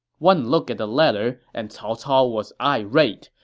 one look at the letter, and cao cao was irate.